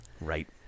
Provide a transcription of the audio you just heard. Right